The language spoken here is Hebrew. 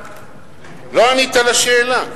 לא ענית על השאלה.